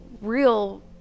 real